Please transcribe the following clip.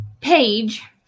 Page